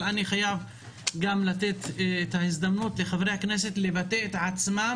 אבל אני חייב גם לתת הזדמנות לחברי הכנסת לבטא את עצמם